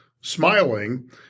smiling